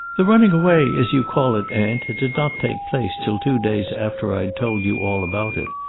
the running away, as you call it, aunt, did not take place till two days after i had told you all about it.